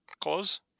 close